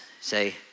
say